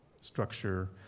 structure